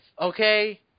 okay